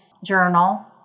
Journal